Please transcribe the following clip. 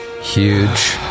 Huge